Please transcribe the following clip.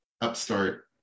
upstart